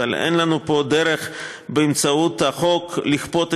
אבל אין לנו פה דרך באמצעות החוק לכפות